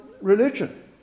religion